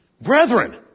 Brethren